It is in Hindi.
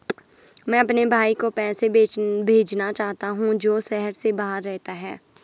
मैं अपने भाई को पैसे भेजना चाहता हूँ जो शहर से बाहर रहता है